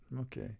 okay